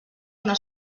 una